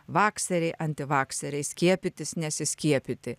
vakseriai antivakseriai skiepytis nesiskiepyti